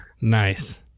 nice